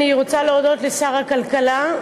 אני רוצה להודות לשר הכלכלה.